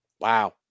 Wow